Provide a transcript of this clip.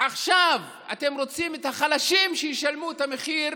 עכשיו אתם רוצים שהחלשים ישלמו את המחיר